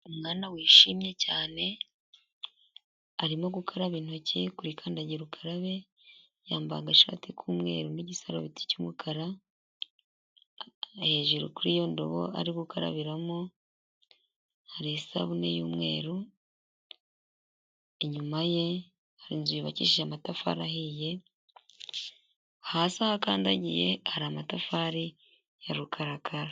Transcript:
Umwana wishimye cyane arimo gukaraba intoki kuri kandagira ukarabe, yambaye agashati k'umweru n'igisarubeti cy'umukara, hejuru kuri iyo ndobo arimo gukarabiramo, hari isabune y'umweru. Inyuma ye hari inzu yukishije amatafari ahiye, hasi aho akandagiye hari amatafari ya rukarakara.